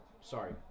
sorry